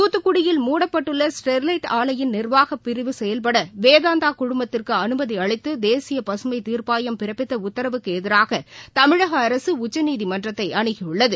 துத்துக்குடியில் மூடப்பட்டுள்ள ஸ்டெர்லைட் ஆலையின் நி்வாகபிரிவு செயல்படவேதாந்தாகுழுமத்திற்குஅனுமதிஅளித்துதேசியபசுமைதீர்ப்பாயம் பிறப்பித்தஉத்தரவுக்குஎதிராகதமிழகஅரசுஉச்சநீதிமன்றத்தைஅணுகியுள்ளது